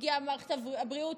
פגיעה במערכת הבריאות,